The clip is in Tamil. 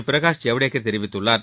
பிரகாஷ் ஜவ்டேகர் தெரிவித்துள்ளார்